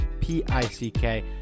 P-I-C-K